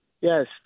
Yes